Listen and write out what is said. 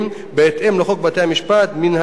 בהתאם לחוק בתי-משפט לעניינים מינהליים,